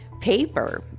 paper